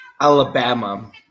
Alabama